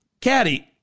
caddy